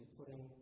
putting